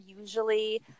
usually